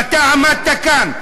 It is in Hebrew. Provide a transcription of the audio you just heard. ואתה עמדת כאן,